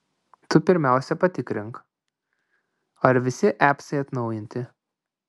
tu pirmiausia patikrink ar visi apsai atnaujinti